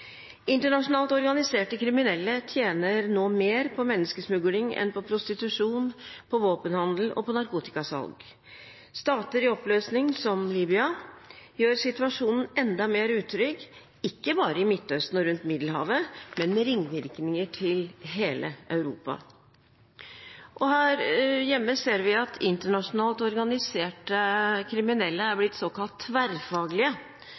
Internasjonalt organiserte kriminelle tjener nå mer på menneskesmugling enn på prostitusjon, våpenhandel og narkotikasalg. Stater i oppløsning, som Libya, gjør situasjonen enda mer utrygg ikke bare i Midtøsten og rundt Middelhavet, men med ringvirkninger til hele Europa. Her hjemme ser vi at internasjonalt organiserte kriminelle er blitt såkalt tverrfaglige.